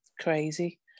Crazy